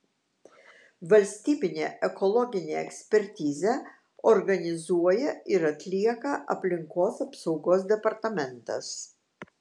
valstybinę ekologinę ekspertizę organizuoja ir atlieka aplinkos apsaugos departamentas